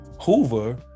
Hoover